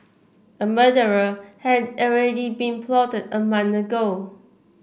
a murderer had already been plotted a month ago